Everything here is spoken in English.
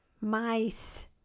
mice